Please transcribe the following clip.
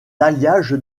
alliages